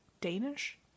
Danish